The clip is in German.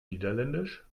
niederländisch